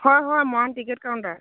হয় হয় Moran ticket counter